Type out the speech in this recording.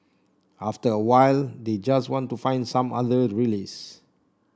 after a while they just want to find some other release